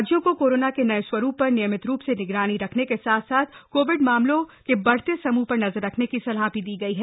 राज्यों को कोरोना के नए स्वरूप पर नियमित रूप से निगरानी रखने के साथ साथ कोविड मामलों के बढ़ते समृह पर नजर रखने की सलाह भी दी गई है